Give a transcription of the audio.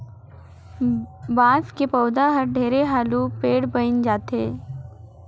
बांस के पउधा हर ढेरे हालू पेड़ बइन जाथे